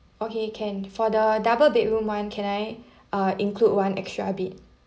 okay can for the double bed room one can I uh include one extra bed